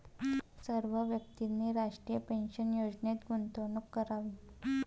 सर्व व्यक्तींनी राष्ट्रीय पेन्शन योजनेत गुंतवणूक करावी